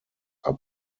are